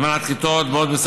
הזמנת כיתות ועוד,